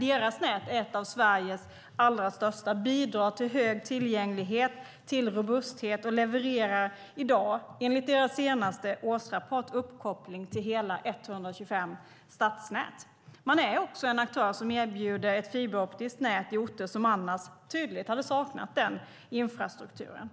Deras nät är ett av Sveriges allra största bidrag till hög tillgänglighet, till robusthet och levererar i dag enligt deras senaste årsrapport uppkoppling till hela 125 stadsnät. Trafikverket ICT är också en aktör som erbjuder ett fiberoptiskt nät på orter som annars tydligt hade saknat den infrastrukturen.